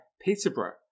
Peterborough